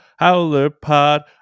howlerpod